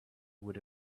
would